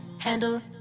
handle